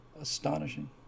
astonishing